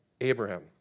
Abraham